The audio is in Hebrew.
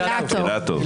אילטוב.